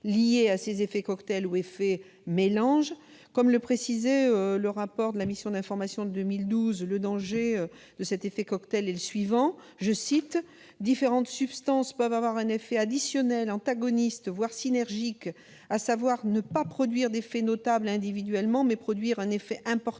liés à ces effets cocktail ou « effets mélange ». Comme le précisait le rapport d'information de 2012, le danger de cet effet cocktail est le suivant :« Différentes substances peuvent avoir un effet additionnel, antagoniste, voire synergique, à savoir ne pas produire d'effet notable individuellement, mais produire un effet important